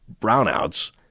brownouts